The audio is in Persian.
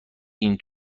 این